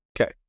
Okay